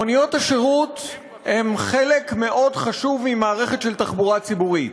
מוניות השירות הן חלק חשוב מאוד במערכת של תחבורה ציבורית.